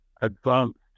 advanced